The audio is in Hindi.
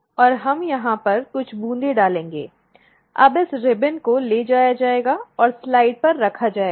और हम यहां पर कुछ बूंदें डालेंगे अब इस रिबन को ले जाया जाएगा और स्लाइड पर रखा जाएगा